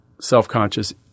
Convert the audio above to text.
self-conscious